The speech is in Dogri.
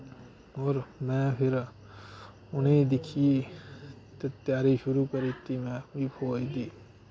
होर में फिर उ'नेंगी दिक्खी ते त्यारी शुरू करी दित्ती उ'नें फौज दी